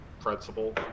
principle